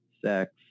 sex